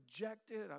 rejected